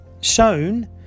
shown